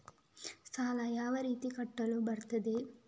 ಸಾಲ ಯಾವ ರೀತಿ ಕಟ್ಟಲು ಬರುತ್ತದೆ?